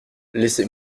laisser